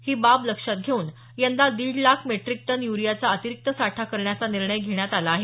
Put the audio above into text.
ही बाब लक्षात घेऊन यंदा दीड लाख मेट्रीक टन यूरीयाचा अतिरीक्त साठा करण्याचा निर्णय घेण्यात आला आहे